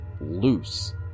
loose